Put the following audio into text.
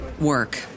work